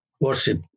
worship